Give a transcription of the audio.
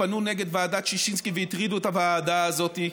שפנו נגד ועדת ששינסקי והטרידו את הוועדה הזאת,